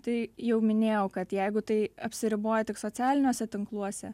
tai jau minėjau kad jeigu tai apsiriboja tik socialiniuose tinkluose